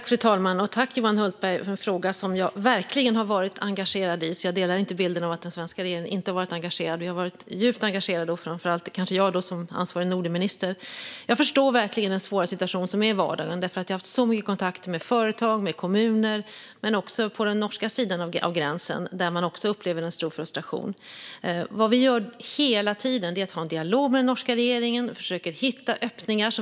Fru talman! Jag tackar Johan Hultberg för en fråga om något som jag verkligen har varit engagerad i. Jag delar inte bilden att den svenska regeringen inte varit engagerad. Vi har varit djupt engagerade, framför allt kanske jag som ansvarig Nordenminister. Jag förstår verkligen den svåra situation som råder i vardagen. Jag har haft mycket kontakt med företag och kommuner, även på den norska sidan av gränsen, där man också upplever en stor frustration. Vi för hela tiden en dialog med den norska regeringen för att försöka hitta öppningar.